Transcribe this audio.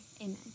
amen